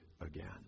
again